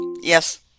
Yes